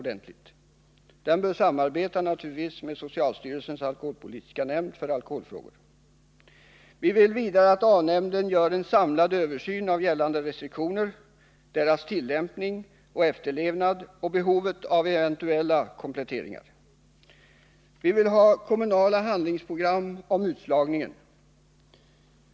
Den bör naturligtvis samarbeta med socialstyrelsens nämnd för alkoholfrågor. Vi vill vidare att A-nämnden skall göra en samlad översyn av gällande restriktioner, deras tillämpning och efterlevnad samt av behovet av eventuella kompletteringar. Vi vill ha kommunala handlingsprogram när det gäller utslagningen.